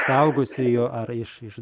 suaugusiųjų ar iš iš